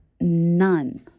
none